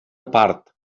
part